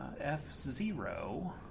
F-Zero